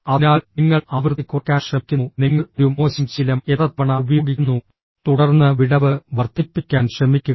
അതിനാൽ നിങ്ങൾ ആവൃത്തി കുറയ്ക്കാൻ ശ്രമിക്കുന്നു നിങ്ങൾ ഒരു മോശം ശീലം എത്ര തവണ ഉപയോഗിക്കുന്നു തുടർന്ന് വിടവ് വർദ്ധിപ്പിക്കാൻ ശ്രമിക്കുക